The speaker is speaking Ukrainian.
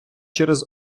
через